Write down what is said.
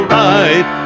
right